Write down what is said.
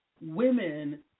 women